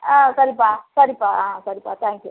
ஆ சரிப்பா சரிப்பா ஆ சரிப்பா தேங்க்யூ